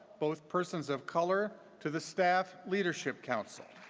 both persons of color, to the staff leadership council.